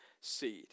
seed